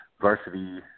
varsity